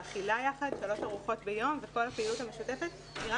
האכילה יחד שלוש ארוחות ביום וכל הפעילות המשותפת רק